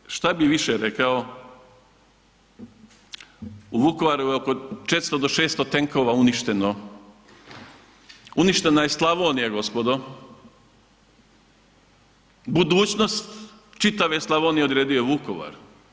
Ne znam šta bi više rekao, u Vukovaru je oko 400 do 600 tenkova uništeno, uništena je Slavonija gospodo, budućnost čitave Slavonije odredio je Vukovar.